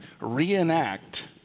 reenact